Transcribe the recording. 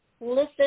listen